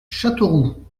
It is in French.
châteauroux